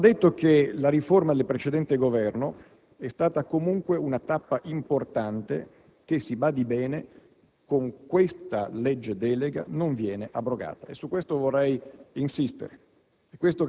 Va detto che la riforma del precedente Governo è stata comunque una tappa importante che - si badi bene - con questo disegno di legge di delega non si abroga. Su questo vorrei insistere